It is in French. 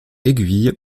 aiguille